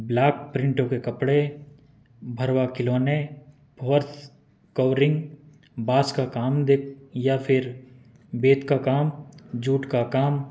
block प्रिंटों के कपड़े भरवा खिलौने फ़ोर्स कवरिंग बांस का काम देख या फिर बेंत का काम जूट का काम